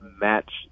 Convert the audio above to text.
match